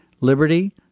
liberty